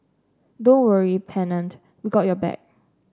don't worry Pennant we got your back